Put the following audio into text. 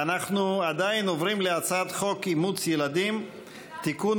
ואנחנו עדיין עוברים להצעת חוק אימוץ ילדים (תיקון,